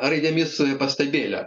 raidėmis pastabėlę